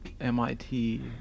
MIT